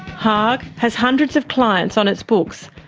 haag has hundreds of clients on its books,